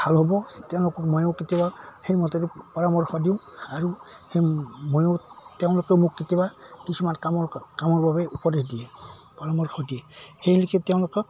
ভাল হ'ব তেওঁলোকক ময়ো কেতিয়াবা সেই মতে পৰামৰ্শ দিওঁ আৰু সেই ময়ো তেওঁলোকেও মোক কেতিয়াবা কিছুমান কামৰ কামৰ বাবে উপদেশ দিয়ে পৰামৰ্শ দিয়ে সেই লেখি তেওঁলোকক